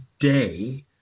today